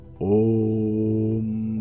Om